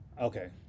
Okay